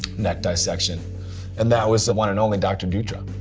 neck dissection and that was the one and only dr. dutra.